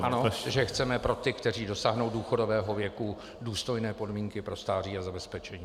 ano že chceme pro ty, kteří dosáhnou důchodového věku, důstojné podmínky pro stáří a zabezpečení.